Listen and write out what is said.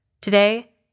Today